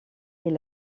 est